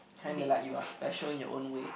kinda like you are special in your own way